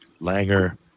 Langer